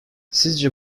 sizce